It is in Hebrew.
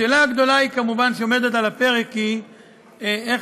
השאלה הגדולה שעומדת על הפרק היא איך